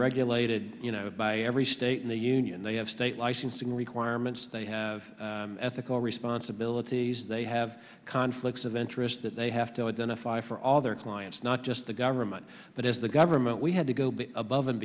regulated by every state in the union they have state licensing requirements they have ethical responsibilities they have conflicts of interest that they have to identify for all their clients not just the government but as the government we had to go be above and